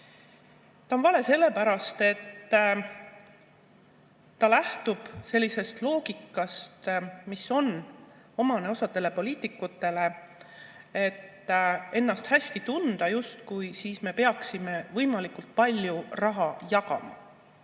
See on vale sellepärast, et ta lähtub sellisest loogikast, mis on omane osale poliitikutele, et ennast hästi tunda: me justkui peaksime võimalikult palju raha jagama.